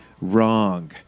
wrong